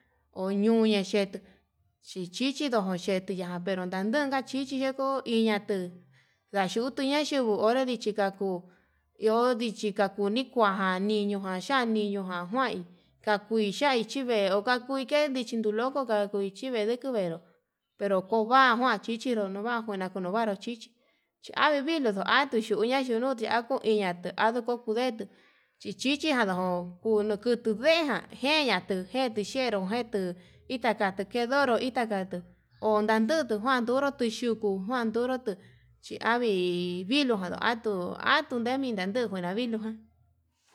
Anuña xhetuu xhetitindo ya'a pero tandanka chichi yeko, iñanduu ñandutuña yenguo onra ndichi kaku iho ndichi kaku ni kuan niño jan tan niñoján, kuin kaya' chive'e ho kakue ndichi nuu loko ján jakui chí vichi ndakuveró pero kova'a njuan chichero kova njuan, njuena kunuvaru chichi chavii viluu chí atuu kuña kino'o chi akuu iñatuu ando'o tukude chichi jando'o, kunuu kutu veján jenñatu jetixhero jetuu ikatu njedo'o donro itakatu andandutu njuan onró tui xhuku njuan ndoró tuu xhi avii vilujan chí anduu anduu ndemi no'o juna viluján.